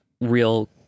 real